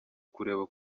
kureba